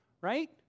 right